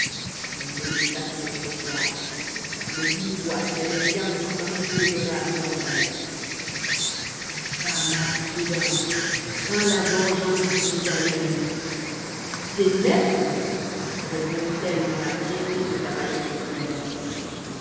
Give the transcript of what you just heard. elle ne le vit pas sur le trottoir mais une voix qui n'avait rien d'humain bourdonna à son oreille femme imprudente crains la vengeance du bisaïeul des nèfles répondit-elle dans la gaieté de sa vaillance populaire